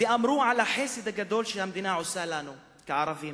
שדיברו על החסד הגדול שהמדינה עושה לנו, כערבים,